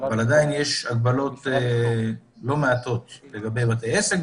אבל עדיין יש הגבלות לא מעטות לגבי בתי עסק,